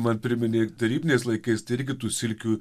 man priminei tarybiniais laikais tai irgi tų silkių